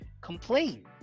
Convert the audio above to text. complain